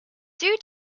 due